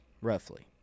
roughly